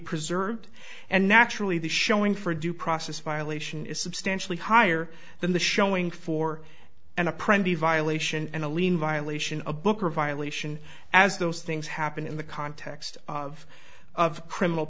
preserved and naturally the showing for due process violation is substantially higher than the showing for an apprentice violation and a lien violation a book or violation as those things happen in the context of of criminal